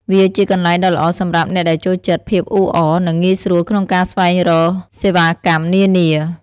វាជាកន្លែងដ៏ល្អសម្រាប់អ្នកដែលចូលចិត្តភាពអ៊ូអរ និងងាយស្រួលក្នុងការស្វែងរកសេវាកម្មនានា។